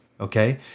okay